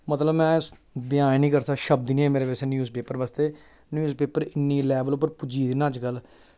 मतलब में बयान निं करी सकदा शब्द निं हैन मेरे कश न्यूज़ पेपर बास्तै न्यूज़ पेपर इ'न्नी लेवल उप्पर पुज्जी दे ना अज्ज कल